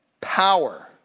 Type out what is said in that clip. power